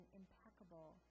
impeccable